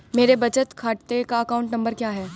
मेरे बचत खाते का अकाउंट नंबर क्या है?